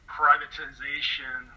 privatization